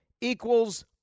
equals